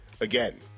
again